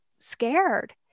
Scared